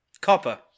Copper